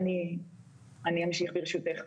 ברשותך, אני אמשיך.